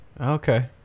Okay